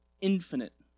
infinite